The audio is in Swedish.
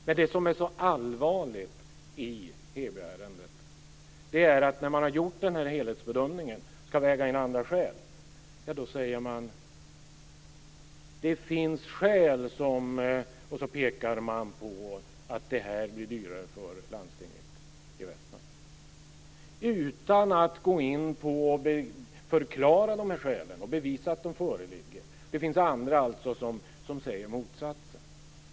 Men det som är så allvarligt med Hebyärendet är att man ska ange skäl när man har gjort sin helhetsbedömning, men då pekar man på de skäl som gör att det blir dyrare för landstinget i Västmanland utan att gå in på dessa skäl och förklara dem. Det finns också andra som säger motsatsen.